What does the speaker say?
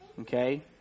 okay